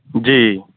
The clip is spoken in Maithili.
जी